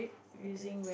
okay